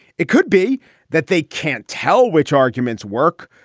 it could be that they can't tell which arguments work,